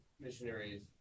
Missionaries